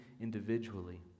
individually